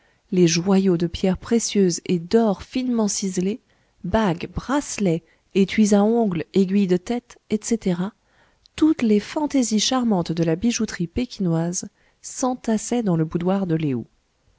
les joyaux de pierres précieuses et d'or finement ciselé bagues bracelets étuis à ongles aiguilles de tête etc toutes les fantaisies charmantes de la bijouterie pékinoise s'entassaient dans le boudoir de lé ou